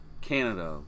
Canada